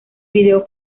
video